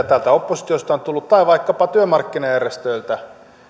täältä oppositiosta tai vaikkapa työmarkkinajärjestöiltä on tullut